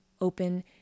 open